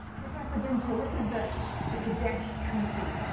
professor dincol, this is the ah kadesh treaty.